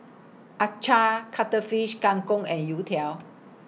Acar Cuttlefish Kang Kong and Youtiao